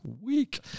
week